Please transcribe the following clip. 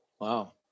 Wow